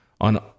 on